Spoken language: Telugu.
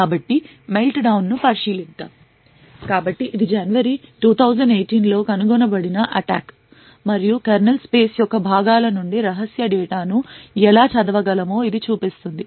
కాబట్టి మెల్ట్డౌన్ ను పరిశీలిద్దాం కాబట్టి ఇది జనవరి 2018 లో కనుగొనబడిన అటాక్ మరియు కెర్నల్ స్పేస్ యొక్క భాగాల నుండి రహస్య డేటాను ఎలా చదవగలమో ఇది చూపించింది